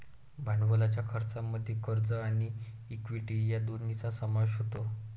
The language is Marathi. भांडवलाच्या खर्चामध्ये कर्ज आणि इक्विटी या दोन्हींचा समावेश होतो